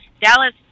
Dallas